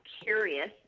curious